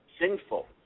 sinful